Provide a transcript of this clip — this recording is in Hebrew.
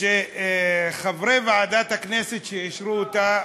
שחברי ועדת הכנסת שאישרו אותה,